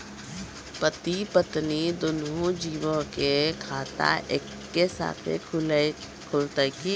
पति पत्नी दुनहु जीबो के खाता एक्के साथै खुलते की?